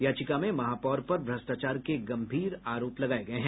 याचिका में महापौर पर भ्रष्टाचार के गंभीर आरोप लगे हैं